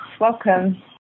Welcome